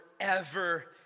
forever